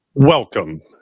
Welcome